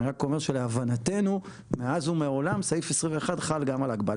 אבל אני רק אומר שלהבנתנו מאז ומעולם סעיף 21 חל גם על הגבלה.